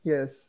Yes